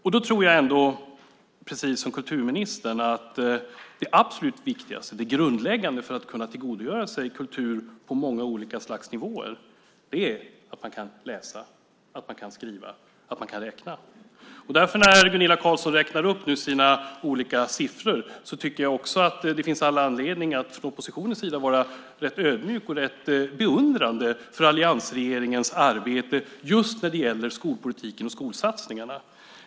Jag tror ändå, precis som kulturministern, att det absolut viktigaste, det grundläggande för att kunna tillgodogöra sig kultur på många olika slags nivåer, är att man kan läsa, att man kan skriva och att man kan räkna. När Gunilla Carlsson nu räknar upp sina olika siffror tycker jag att det finns all anledning för oppositionen att vara rätt ödmjuk och beundrande inför alliansregeringens arbete när det gäller skolpolitiken och skolsatsningarna.